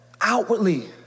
outwardly